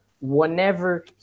whenever